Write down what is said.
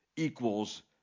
Equals